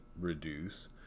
reduce